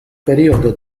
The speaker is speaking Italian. periodo